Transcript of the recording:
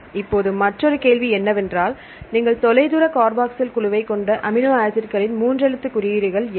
இப்போது மற்றொரு கேள்வி என்னவென்றால் நீங்கள் தொலைதூர கார்பாக்சைல் குழுவைக் கொண்ட அமினோ ஆசிட்களின் மூன்று எழுத்து குறியீடுகள் என்ன